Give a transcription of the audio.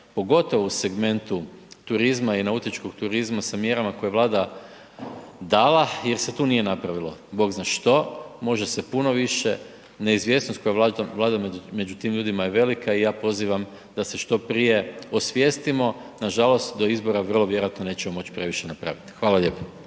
pogotovo u segmentu turizma i nautičkog turizma sa mjerama koje je Vlada dala jer se tu nije napravilo bog zna što, može se puno više. Neizvjesnost koja vlada među tim ljudima je velika i ja pozivam da se što prije osvijestimo. Nažalost do izbora vrlo vjerojatno nećemo moć previše napravit. Hvala lijepo.